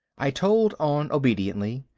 i tolled on obediently,